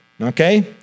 okay